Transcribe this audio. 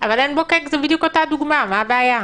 אבל עין בוקק זו בדיוק אותה דוגמה, מה הבעיה?